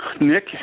Nick